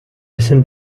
listen